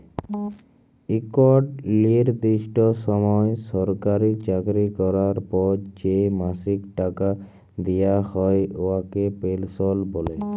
ইকট লিরদিষ্ট সময় সরকারি চাকরি ক্যরার পর যে মাসিক টাকা দিয়া হ্যয় উয়াকে পেলসল্ ব্যলে